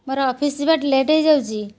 ମୋର ଅଫିସ ଯିବା ଲେଟ୍ ହେଇଯାଉଛି